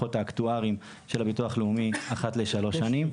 הדוחות האקטואריים של הביטוח הלאומי אחת לשלוש שנים.